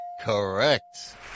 Correct